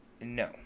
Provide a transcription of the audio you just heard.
No